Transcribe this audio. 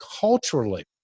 culturally